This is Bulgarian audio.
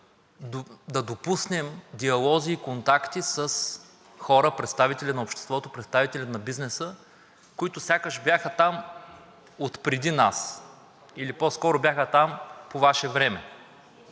да допуснем диалози, контакти с хора, представители на обществото, представители на бизнеса, които сякаш бяха там отпреди нас или по-скоро бяха там по Ваше време.